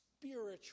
spiritual